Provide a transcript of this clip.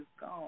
gone